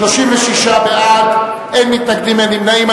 36 בעד, אין מתנגדים, אין נמנעים.